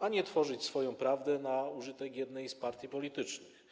a nie tworzyć swoją prawdę na użytek jednej z partii politycznych.